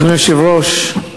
אדוני היושב-ראש,